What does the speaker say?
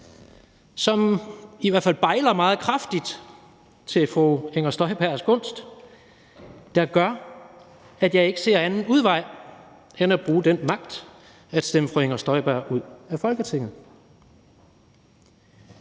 som i hvert fald bejler meget kraftigt til fru Inger Støjbergs gunst, der gør, at jeg ikke ser anden udvej end at bruge den magt at stemme fru Inger Støjberg ud af Folketinget.